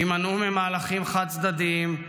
הימנעו ממהלכים חד-צדדיים,